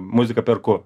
muziką perku